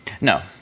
No